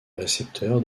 récepteur